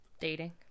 dating